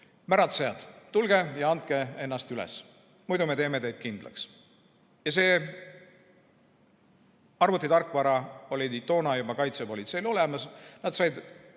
"Märatsejad, tulge ja andke ennast üles, muidu me teeme teid kindlaks!" See arvutitarkvara oli toona juba kaitsepolitseil olemas. Nad said